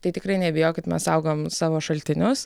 tai tikrai nebijokit mes saugom savo šaltinius